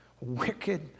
wicked